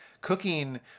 cooking